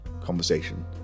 conversation